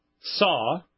saw